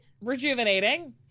rejuvenating